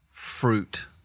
Fruit